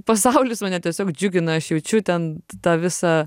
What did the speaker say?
pasaulis mane tiesiog džiugina aš jaučiu ten tą visą